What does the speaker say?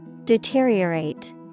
Deteriorate